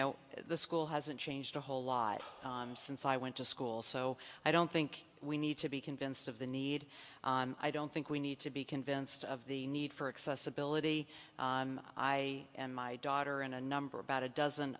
know the school hasn't changed a whole lot since i went to school so i don't think we need to be convinced of the need i don't think we need to be convinced of the need for accessibility i and my daughter and a number about a dozen